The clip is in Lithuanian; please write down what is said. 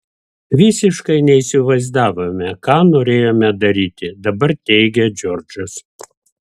visiškai neįsivaizdavome ką norėjome daryti dabar teigia džordžas